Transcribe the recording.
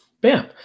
Bam